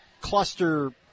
cluster